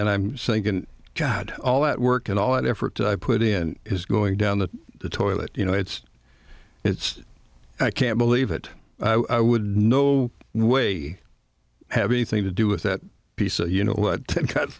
and i'm thinking chad all that work and all that effort i put in is going down the toilet you know it's it's i can't believe it i would no way have anything to do with that piece you know what kind of